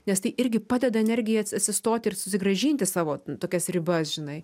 nes tai irgi padeda energijai at atsistoti ir susigrąžinti savo tokias ribas žinai